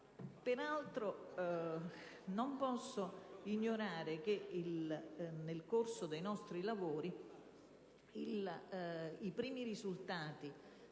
Peraltro, non posso ignorare che, nel corso dei nostri lavori, come risulta